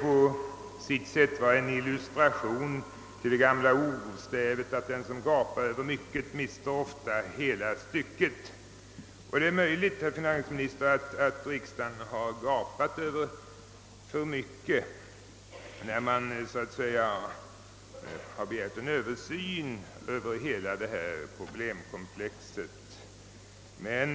på sitt sätt kan sägas vara en illustration till det gamla ordstävet, att den som gapar över mycket mister ofta hela stycket. Det är möjligt, herr finansminister, att riksdagen gapade över för mycket när den begärde en översyn av hela detta problemkomplex.